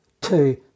two